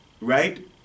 right